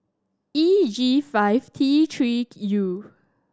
E G five T Three U